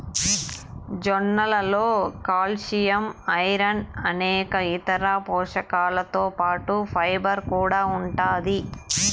జొన్నలలో calcium, iron అనేక ఇతర పోషకాలతో పాటు ఫైబర్ కూడా ఉంటాది